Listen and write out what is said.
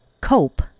cope